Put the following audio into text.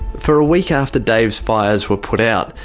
for a week after dave's fires were put out,